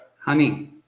honey